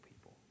people